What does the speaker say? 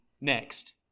next